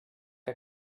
que